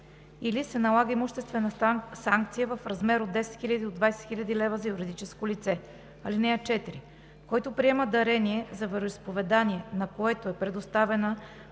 или се налага имуществена санкция в размер от 10 000 до 20 000 лева – за юридическо лице. (4) Който приема дарение за вероизповедание, на което е предоставена